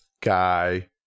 guy